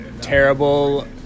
terrible